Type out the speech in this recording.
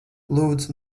lūdzu